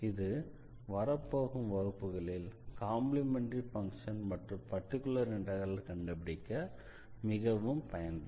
இது வரப்போகும் வகுப்புகளில் காம்ப்ளிமெண்டரி ஃபங்ஷன் மற்றும் பர்டிகுலர் இண்டெக்ரலை கண்டுபிடிக்க மிகவும் பயன்படும்